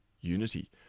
unity